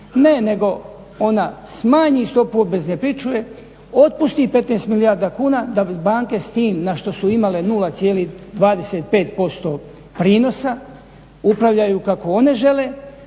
Ne, nego ona smanji stopu obvezne pričuve, otpusti 15 milijardi kuna da bi banke s tim na što su imale 0,25% prinosa upravljaju kako one žele,